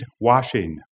Washing